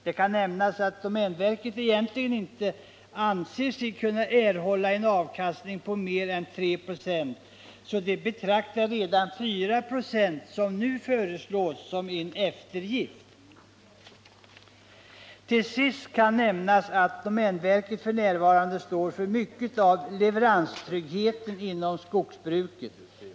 Det kan nämnas att domänverket egentligen inte anser sig kunna erhålla en avkastning på mer än 3 8, varför man redan betraktar de 4 96 som nu föreslås som en eftergift. Till sist skall nämnas att domänverket f. n. står för mycket av leveranstryggheten inom skogsbruket.